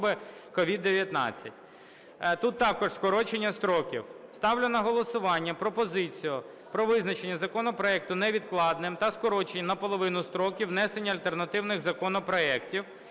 (COVID-19)". Тут також скорочення строків. Ставлю на голосування пропозицію про визначення законопроекту невідкладним та скорочення наполовину строків внесення альтернативних законопроектів